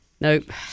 Nope